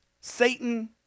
Satan